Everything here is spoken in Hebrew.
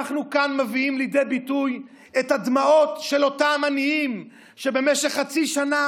אנחנו כאן מביאים לידי ביטוי את הדמעות של אותם עניים שבמשך חצי שנה